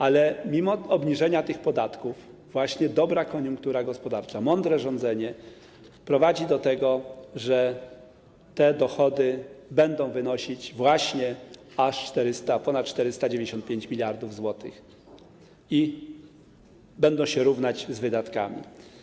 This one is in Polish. Ale mimo obniżenia tych podatków właśnie dobra koniunktura gospodarcza i mądre rządzenie prowadzą do tego, że te dochody będą wynosić właśnie aż ponad 495 mld zł i będą się równać z wydatkami.